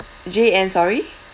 J N sorry